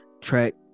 track